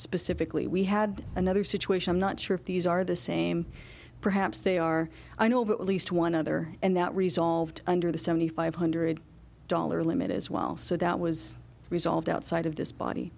specifically we had another situation i'm not sure if these are the same perhaps they are i know of at least one other and that resolved under the seventy five hundred dollar limit as well so that was resolved outside of this body